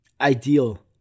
ideal